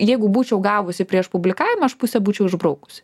jeigu būčiau gavusi prieš publikavimą aš pusę būčiau užbraukusi